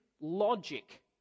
logic